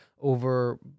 over